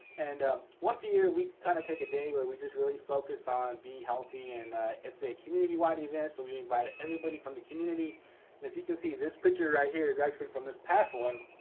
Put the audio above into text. and um once a year we kind of take a day where we just really focus on being healthy and it's a community-wide event. so we invited everybody from the community, and as you can see, this picture right here is actually from this past one.